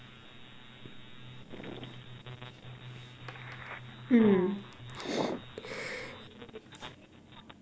hmm